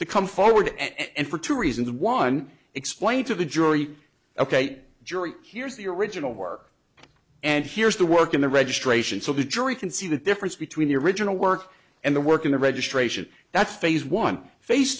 to come forward and for two reasons one explain to the jury ok jury here's the original work and here's the work in the registration so the jury can see the difference between the original work and the work in the registration that's phase one